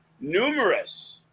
numerous